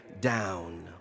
down